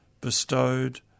bestowed